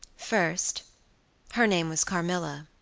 first her name was carmilla.